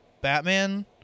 batman